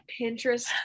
Pinterest